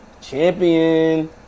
Champion